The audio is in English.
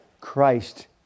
Christ